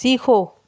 सीखो